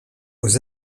aux